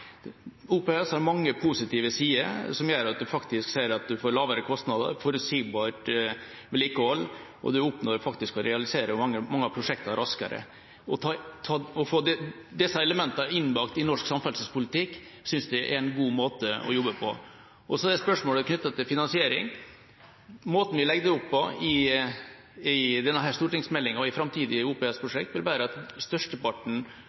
OPS skal være en gjennomføringsstrategi. OPS har mange positive sider som gjør at en får lavere kostnader og forutsigbart vedlikehold, og en oppnår faktisk å realisere mange prosjekt raskere. Å få disse elementene innbakt i norsk samferdselspolitikk synes jeg er en god måte å jobbe på. Og så er det spørsmålet knyttet til finansiering. Måten vi legger det opp på i denne stortingsmeldinga og i framtidige OPS-prosjekt, innebærer at størsteparten